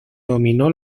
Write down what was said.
dominó